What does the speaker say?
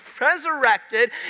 resurrected